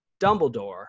Dumbledore